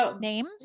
name